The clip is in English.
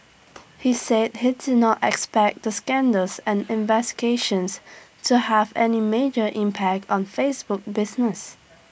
he said he did not expect the scandals and investigations to have any major impact on Facebook business